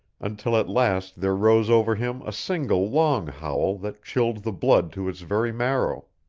until at last there rose over him a single long howl that chilled the blood to his very marrow.